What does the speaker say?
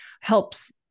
helps